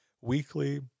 weekly